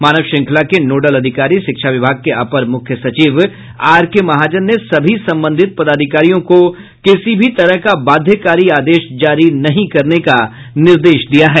मानव श्रृंखला के नोडल अधिकारी शिक्षा विभाग के अपर मुख्य सचिव आर के महाजन ने सभी संबंधित पदाधिकारियों को किसी भी तरह का बाध्यकारी आदेश जारी नहीं करने का निर्देश दिया है